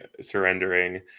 surrendering